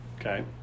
okay